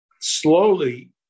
slowly